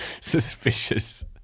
suspicious